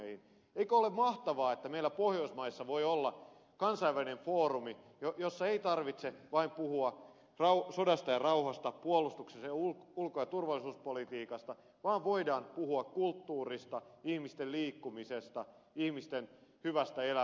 eikö ole mahtavaa että meillä pohjoismaissa voi olla kansainvälinen foorumi jolla ei tarvitse vain puhua sodasta ja rauhasta puolustuksesta ja ulko ja turvallisuuspolitiikasta vaan voidaan puhua kulttuurista ihmisten liikkumisesta ihmisten hyvästä elämästä pohjoismaissa